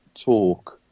talk